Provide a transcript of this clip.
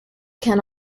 can